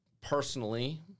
personally